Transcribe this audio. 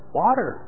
water